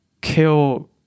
kill